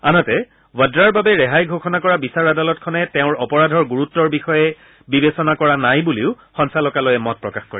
আনহাতে ৱাদ্ৰাৰ বাবে ৰেহাই ঘোষণা কৰা বিচাৰ আদালতখনে তেওঁৰ অপৰাধৰ গুৰুত্বৰ বিষয়ে বিবেচনা কৰা নাই বুলিও সঞ্চালকালয়ে মত প্ৰকাশ কৰে